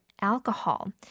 alcohol